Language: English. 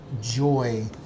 joy